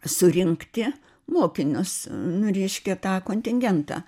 surinkti mokinius nu reiškia tą kontingentą